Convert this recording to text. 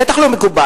בטח לא מקובל,